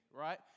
right